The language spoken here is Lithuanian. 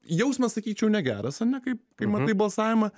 jausmas sakyčiau ne geras ane kaip kai matai balsavimą